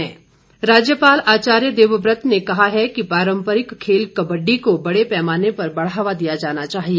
राज्यपाल राज्यपाल आचार्य देवव्रत ने कहा है कि पारम्परिक खेल कबड्डी को बड़े पैमाने पर बढ़ावा दिया जाना चाहिए